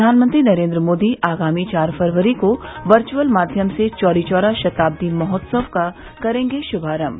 प्रधानमंत्री नरेन्द्र मोदी आगामी चार फरवरी को वर्च्अल माध्यम से चौरीचौरा शताब्दी महोत्सव का करेंगे शुभारम्भ